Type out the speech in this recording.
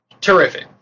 terrific